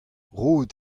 roet